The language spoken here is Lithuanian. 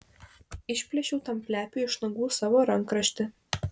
išplėšiau tam plepiui iš nagų savo rankraštį